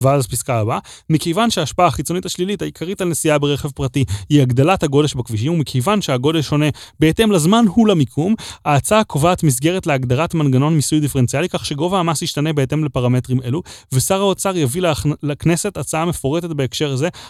ואז פסקה הבאה. מכיוון שההשפעה החיצונית השלילית העיקרית על נסיעה ברכב פרטי היא הגדלת הגודש בכבישים, ומכיוון שהגודש שונה בהתאם לזמן ולמיקום ההצעה קובעת מסגרת להגדרת ממגנון מיסוי דיפרנציאלי כך שגובה המס ישתנה בהתאם לפרמטרים אלו, ושר האוצר יביא לכנסת הצעה מפורטת בהקשר זה